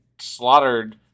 slaughtered